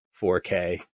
4K